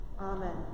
Amen